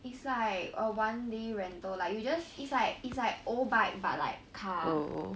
it's like a one day rental like you just it's like it's like OBike but like car